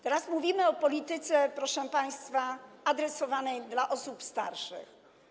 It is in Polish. Teraz mówimy o polityce, proszę państwa, adresowanej do osób starszych.